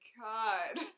god